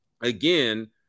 again